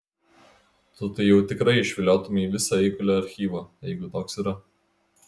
tu tai jau tikrai išviliotumei visą eigulio archyvą jeigu toks yra